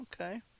Okay